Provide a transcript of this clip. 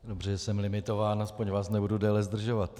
Dobře, že jsem limitován, aspoň vás nebudu déle zdržovat.